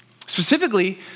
Specifically